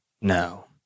No